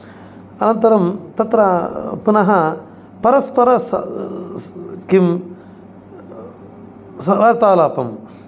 अनन्तरं तत्र पुनः परस्पर किं सवार्तालापम्